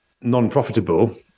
non-profitable